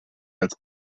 als